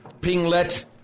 pinglet